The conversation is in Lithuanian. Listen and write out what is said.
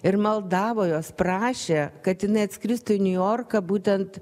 ir maldavo jos prašė kad neatskristų į niujorką būtent